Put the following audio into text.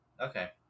Okay